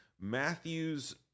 Matthew's